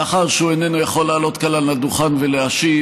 מאחר שהוא איננו יכול לעלות כאן על הדוכן ולהשיב,